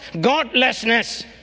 godlessness